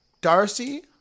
Darcy